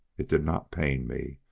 it did not pain me,